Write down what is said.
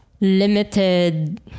limited